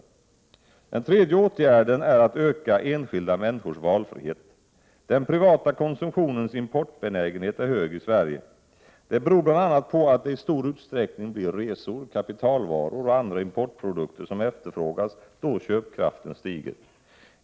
För det tredje vill vi öka enskilda människors valfrihet. Den privata konsumtionens importbenägenhet är hög i Sverige. Det beror bl.a. på att det i stor utsträckning är resor, kapitalvaror och andra importprodukter som efterfrågas då köpkraften stiger.